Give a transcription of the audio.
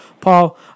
Paul